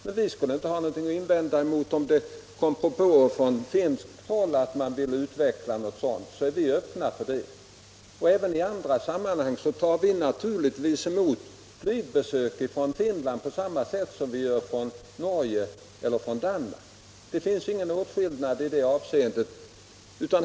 Men vi skulle inte ha någonting att invända om det kom propåer från finskt håll om att man vill utveckla samarbetet. Även i andra sammanhang tar vi naturligtvis emot flygbesök från Finland på samma sätt som vi tar emot sådana besök från Norge eller Danmark. Det finns ingen åtskillnad i det avseendet.